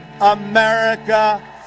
America